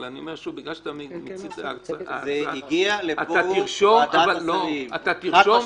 אני אומר שוב: אתה תרשום -- זה הגיע לפורום ועדת השרים חד-משמעית.